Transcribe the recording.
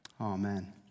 Amen